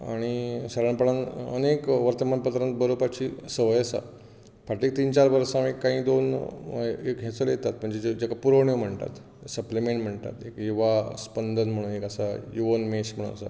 आनी सादारणपणान अनेक वर्तमानपत्रांनी बरोवपाची संवय आसा फाटलीं तीन चार वर्सा हांवे कांय दोन एक हें चलयतात म्हणजे जाका पुरोवण्यो म्हणतात सप्लीमेंट म्हणटात एक युवा स्पंदन म्हण एक आसा युवमेश म्हण एक आसा